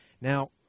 Now